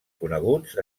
coneguts